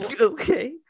Okay